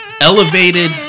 elevated